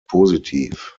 positiv